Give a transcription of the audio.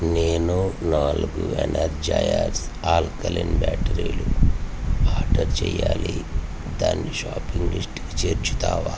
నేను నాలుగు Energizers alkaline బ్యాటరీలు ఆర్డర్ చేయాలి దాన్ని షాపింగ్ లిస్టుకి చేర్చుతావా